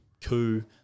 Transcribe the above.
coup